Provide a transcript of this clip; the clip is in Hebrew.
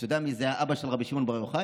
אתה יודע מי זה האבא של רבי שמעון בר יוחאי?